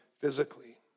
physically